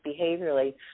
behaviorally